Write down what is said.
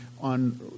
on